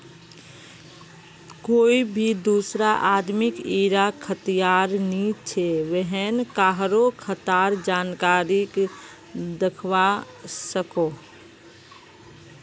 कोए भी दुसरा आदमीक इरा अख्तियार नी छे व्हेन कहारों खातार जानकारी दाखवा सकोह